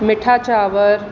मिठा चांवर